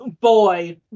Boy